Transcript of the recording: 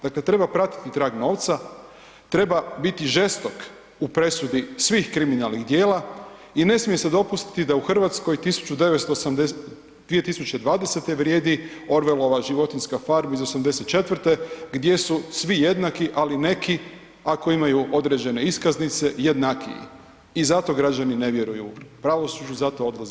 Dakle, treba pratiti trag novca, treba biti žestok u presudi svih kriminalnih dijela i ne smije se dopustiti da u Hrvatskoj 2020. vrijedi Orwellova životinjska farma iz '84. gdje su svi jednaki, ali neki ako imaju određene iskaznice jednakiji i zato građani ne vjeruju pravosuđu, zato odlaze iz Hrvatske.